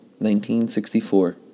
1964